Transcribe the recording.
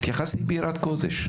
נכנסתי ביראת קודש.